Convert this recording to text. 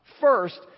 first